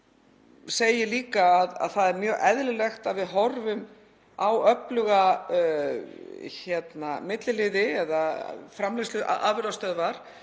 segi líka að það er mjög eðlilegt að við horfum á öfluga milliliði eða afurðastöðvar